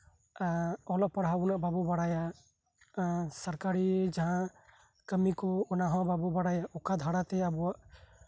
ᱟᱨ ᱚᱞᱚᱜ ᱯᱟᱲᱦᱟᱜ ᱵᱚᱞᱮ ᱵᱟᱵᱚ ᱵᱟᱲᱟᱭᱟ ᱟᱨ ᱥᱚᱨᱠᱟᱨᱤ ᱠᱟᱹᱢᱤ ᱠᱚ ᱡᱟᱸᱦᱟ ᱠᱟᱹᱢᱤᱦᱚᱸ ᱚᱱᱟ ᱦᱚᱸ ᱵᱟᱲᱟᱭ ᱚᱠᱟ ᱫᱷᱟᱨᱟᱛᱮ ᱠᱟᱹᱢᱤ ᱠᱚ